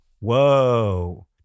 Whoa